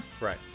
Right